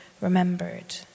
remembered